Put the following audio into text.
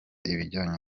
ibijyanye